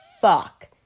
fuck